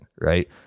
right